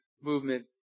movement